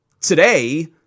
Today